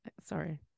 Sorry